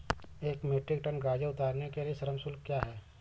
एक metric ton गाजर उतारने के लिए श्रम शुल्क क्या है?